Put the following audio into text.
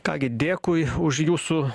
ką gi dėkui už jūsų